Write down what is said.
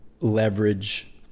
leverage